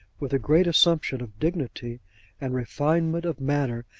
with a great assumption of dignity and refinement of manner,